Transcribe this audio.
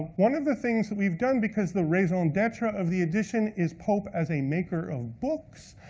one of the things that we've done because the raison d'etre of the edition is pope as a maker of books,